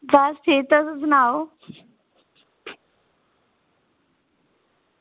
बस ठीक तुस सनाओ